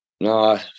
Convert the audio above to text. no